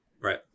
Right